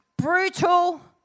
brutal